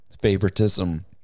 Favoritism